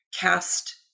cast